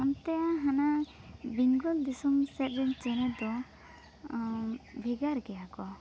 ᱚᱱᱛᱮ ᱦᱟᱱᱟ ᱵᱮᱝᱜᱚᱞ ᱫᱤᱥᱚᱢ ᱥᱮᱫ ᱨᱮᱱ ᱪᱮᱬᱮ ᱫᱚ ᱵᱷᱮᱜᱟᱨ ᱜᱮᱭᱟ ᱠᱚ